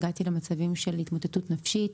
הגעתי למצבים של התמוטטות נפשית,